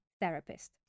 therapist